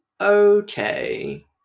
okay